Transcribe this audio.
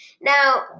Now